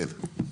כן?